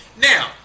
Now